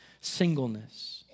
singleness